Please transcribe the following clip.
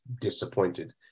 disappointed